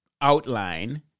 outline